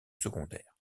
secondaire